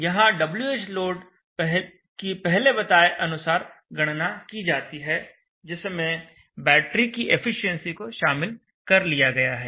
यहां Whload की पहले बताए अनुसार गणना की जाती है जिसमें बैटरी की एफिशिएंसी को शामिल कर लिया गया है